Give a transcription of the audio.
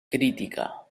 crítica